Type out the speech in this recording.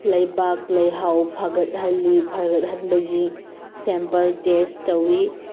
ꯂꯩꯕꯥꯛ ꯂꯩꯍꯥꯎ ꯐꯒꯠꯍꯜꯂꯤ ꯐꯒꯠꯍꯟꯕꯒꯤ ꯁꯦꯝꯄꯜ ꯇꯦꯁ ꯇꯧꯏ